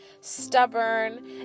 stubborn